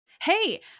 Hey